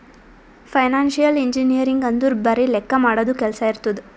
financial engineering ಅಂದುರ್ ಬರೆ ಲೆಕ್ಕಾ ಮಾಡದು ಕೆಲ್ಸಾ ಇರ್ತುದ್